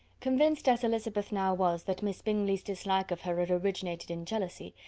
convinced as elizabeth now was that miss bingley's dislike of her had originated in jealousy,